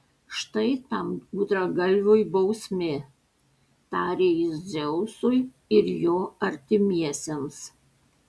štai tam gudragalviui bausmė tarė jis dzeusui ir jo artimiesiems